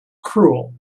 cruel